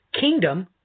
kingdom